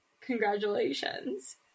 congratulations